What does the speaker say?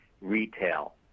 retail